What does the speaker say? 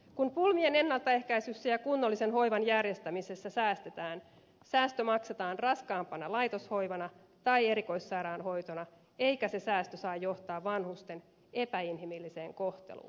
kun pulmien ennaltaehkäisyssä ja kunnollisen hoivan järjestämisessä säästetään säästö maksetaan raskaampana laitoshoivana tai erikoissairaanhoitona eikä se säästö saa johtaa vanhusten epäinhimilliseen kohteluun